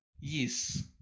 Yes